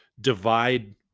divide